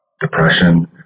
depression